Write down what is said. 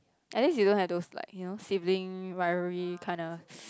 at least you don't have those like you know Siblings Rivalry kind of